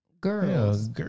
Girls